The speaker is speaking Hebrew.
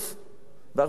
והרבה יותר חמור,